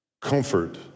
Comfort